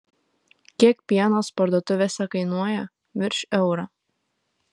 kiek pienas parduotuvėse kainuoja virš euro